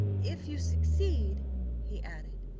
if you succeed he added,